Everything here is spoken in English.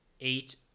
eight